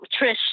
Trish